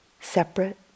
separate